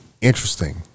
interesting